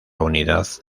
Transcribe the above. unidad